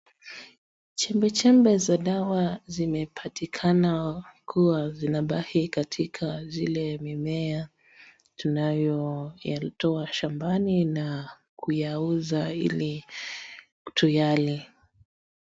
Chembechembe za dawa zimepatikana kuwa zinabaki katika zile mimea tunayoyatoa shambani na kuyauza ili tuyale.